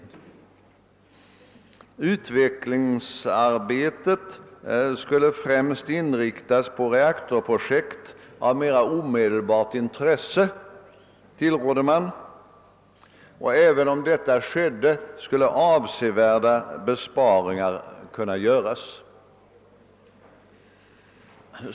Man gav det rådet att utvecklingsarbetet främst skulle inriktas på reaktorprojekt av mera omedelbart intresse och menade, att även om så blev fallet avsevärda besparingar skulle kunna göras.